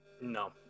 No